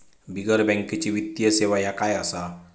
बिगर बँकेची वित्तीय सेवा ह्या काय असा?